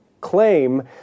claim